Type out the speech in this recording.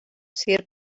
sir